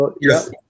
Yes